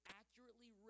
accurately